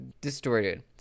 distorted